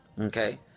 Okay